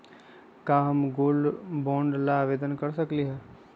का हम gold bond ला आवेदन कर सकली ह?